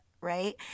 right